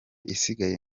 isigaye